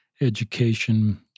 education